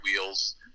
wheels